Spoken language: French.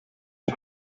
sur